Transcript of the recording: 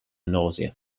nausea